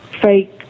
fake